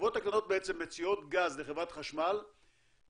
החברות הקטנות בעצם מציעות גז לחברת חשמל ב-40%,